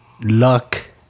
luck